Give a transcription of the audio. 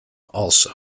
also